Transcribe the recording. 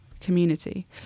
community